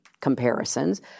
comparisons